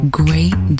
great